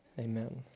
amen